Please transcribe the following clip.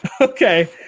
Okay